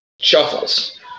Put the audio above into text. shuffles